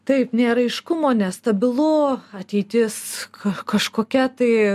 taip nėra aiškumo nestabilu ateitis kažkokia tai